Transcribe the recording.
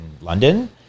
London